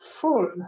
full